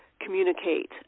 communicate